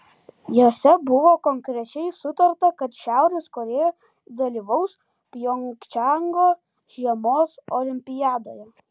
jose buvo konkrečiai sutarta kad šiaurės korėja dalyvaus pjongčango žiemos olimpiadoje